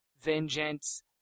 vengeance